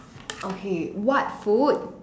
okay what food